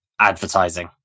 advertising